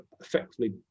effectively